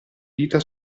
dita